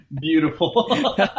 Beautiful